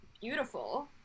beautiful